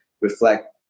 reflect